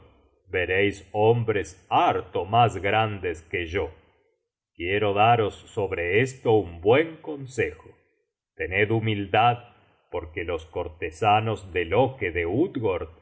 vereis hombres harto mas grandes que yo quiero daros sobre esto un buen consejo tened humildad porque los cortesanos de loke de